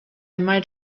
might